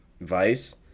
Vice